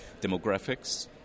demographics